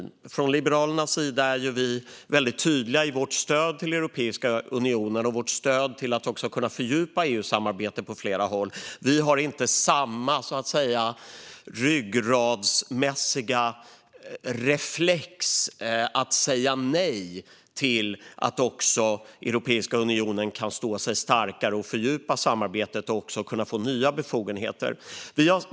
Vi är från Liberalernas sida väldigt tydliga i vårt stöd till Europeiska unionen och i vårt stöd till att också kunna fördjupa EU-samarbetet på flera håll. Vi har så att säga inte samma ryggradsmässiga reflex att säga nej till att också Europeiska unionen kan stå sig starkare, fördjupa samarbetet och också kunna få nya befogenheter.